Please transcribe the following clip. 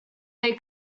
they